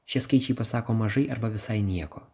šie skaičiai pasako mažai arba visai nieko